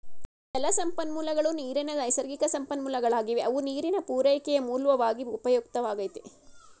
ಜಲಸಂಪನ್ಮೂಲಗಳು ನೀರಿನ ನೈಸರ್ಗಿಕಸಂಪನ್ಮೂಲಗಳಾಗಿವೆ ಅವು ನೀರಿನ ಪೂರೈಕೆಯ ಮೂಲ್ವಾಗಿ ಉಪಯುಕ್ತವಾಗೈತೆ